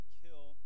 kill